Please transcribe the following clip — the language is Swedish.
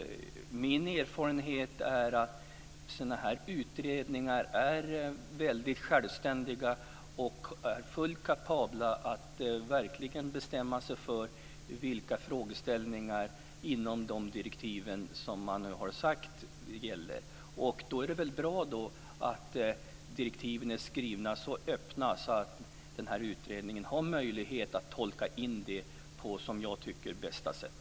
Min erfarenhet är att sådana här utredningar är väldigt självständiga och fullt kapabla att verkligen bestämma sig för vilka frågeställningar som ska tas upp inom de direktiv som har sagts ska gälla. Därför är det väl bra att direktiven är skrivna så öppet att utredningen har möjlighet att tolka dem på, som jag tycker, bästa sätt.